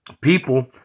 people